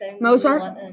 Mozart